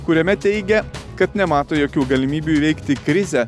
kuriame teigia kad nemato jokių galimybių įveikti krizę